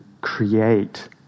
Create